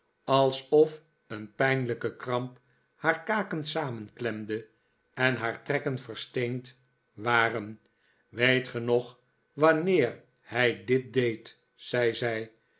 alsof een pijnlijke kramp haar kaken samenklemde eri haar trekken versteend waren weet ge nog wanneer hij dit deed zei